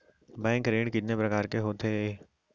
Bank ऋण कितने परकार के होथे ए?